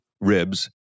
ribs